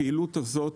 הפעילות הזאת,